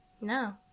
No